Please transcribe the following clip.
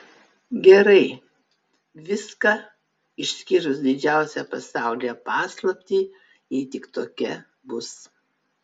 gerai viską išskyrus didžiausią pasaulyje paslaptį jei tik tokia bus